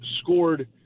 scored